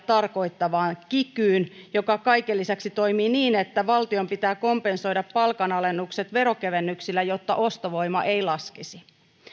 tarkoittavaan kikyyn joka kaiken lisäksi toimii niin että valtion pitää kompensoida palkanalennukset veronkevennyksillä jotta ostovoima ei laskisi